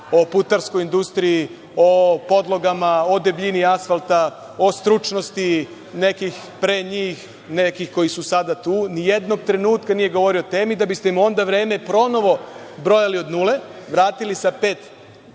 o putarskoj industriji, o podlogama, o debljini asfalta, o stručnosti nekih pre njih, nekih koji su sada tu. Ni jednog trenutka nije govorio o temi da bi ste mu onda vreme ponovo brojali od nule. Vratili sa pet